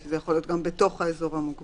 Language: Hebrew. זה יכול להיות גם בתוך האזור המוגבל.